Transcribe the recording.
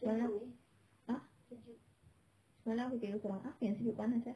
semalam ah semalam aku tidur seorang apa yang sejuk panas sia